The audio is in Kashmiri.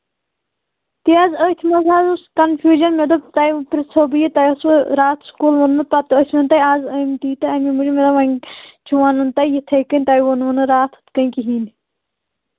کیٛاہ حظ أتھۍ منٛز حظ اوس کَنفوٗجن مےٚ دوٚپ تۄہہِ پرٕٛژھہو بہٕ یہِ تۄہہِ اوسوٕ راتھ سکوٗل ووٚنمُت پَتہٕ ٲسوٕ نہٕ تُہۍ اَز آمتی تہٕ اَمہِ موٗجوٗب مےٚ دوٚپ وۅنۍ چھُ وَنُن تۄہہِ یِتھٕے کٔنۍ تۄہہِ ووٚنوٕ نہَ راتھ ہُتھٕ کٔنۍ کِہیٖنٛۍ